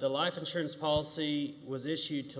the life insurance policy was issued to